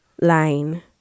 line